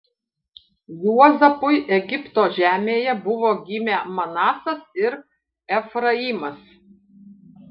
juozapui egipto žemėje buvo gimę manasas ir efraimas